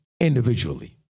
individually